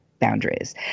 boundaries